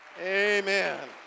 Amen